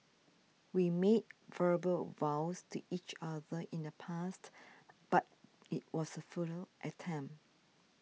we made verbal vows to each other in the past but it was a futile attempt